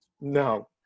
No